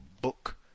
book